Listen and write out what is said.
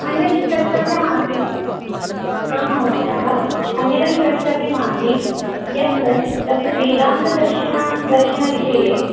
अन्यदपि प्रष्टव्यमासीत् आम् महोदयाः अन्यदपि प्रष्टव्यमासीत् यत् तत्र वेदान्तदर्शन दर्शनविषये